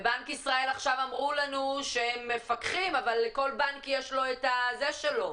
ובנק ישראל עכשיו אמרו לנו שהם מפקחים אבל לכל בנק יש את הזה שלו.